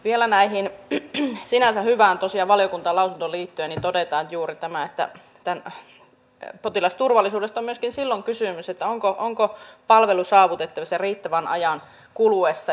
vielä sinänsä hyvään valiokuntalausuntoon liittyen tosiaan totean juuri tämän että potilasturvallisuudesta on myöskin silloin kysymys kun mietitään onko palvelu saavutettavissa riittävän ajan kuluessa